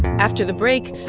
after the break,